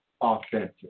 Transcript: authentic